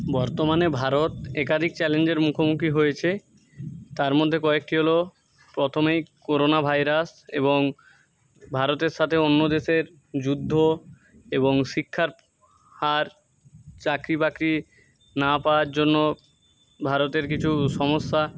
বর্তমানে ভারত একাধিক চ্যালেঞ্জের মুখোমুখি হয়েছে তার মধ্যে কয়েকটি হল প্রথমেই করোনা ভাইরাস এবং ভারতের সাথে অন্য দেশের যুদ্ধ এবং শিক্ষার হার চাকরি বাকরি না পাওয়ার জন্য ভারতের কিছু সমস্যা